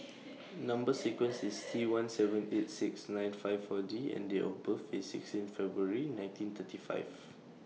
Number sequence IS T one seven eight six nine five four D and Date of birth IS sixteen February nineteen thirty five